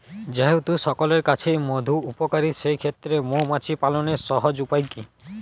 যেহেতু সকলের কাছেই মধু উপকারী সেই ক্ষেত্রে মৌমাছি পালনের সহজ উপায় কি?